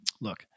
look